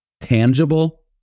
tangible